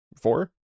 Four